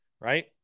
Right